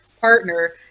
partner